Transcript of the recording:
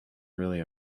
really